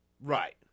Right